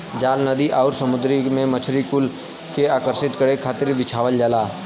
जाल नदी आउरी समुंदर में मछरी कुल के आकर्षित करे खातिर बिछावल जाला